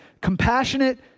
compassionate